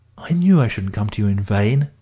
i knew i shouldn't come to you in vain,